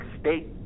state